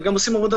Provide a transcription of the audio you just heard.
גם עושים עבודה